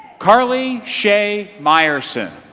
carly shae myerson